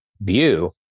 view